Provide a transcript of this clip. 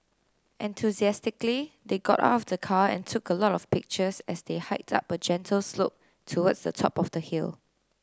enthusiastically they got out of the car and took a lot of pictures as they hiked up a gentle slope towards the top of the hill